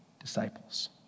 disciples